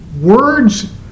words